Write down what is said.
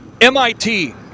MIT